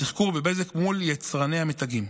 התחקור בבזק מול יצרני המתגים.